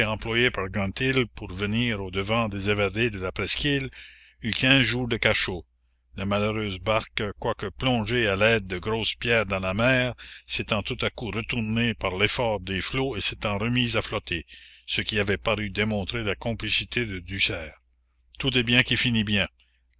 employée par granthille pour venir au devant des évadés de la presqu'île eut quinze jours de cachot la malheureuse barque quoique plongée à l'aide de grosses pierres dans la mer s'étant tout à coup retournée par l'effort des flots et s'étant remise à flotter ce qui avait paru démontrer la complicité de duserre tout est bien qui finit bien